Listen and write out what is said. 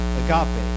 agape